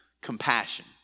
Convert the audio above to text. compassion